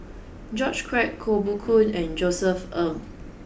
George Quek Koh Poh Koon and Josef Ng